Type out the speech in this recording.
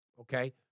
okay